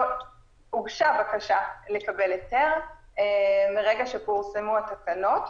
הוגשה בקשה לקבל היתר מרגע שפורסמו התקנות.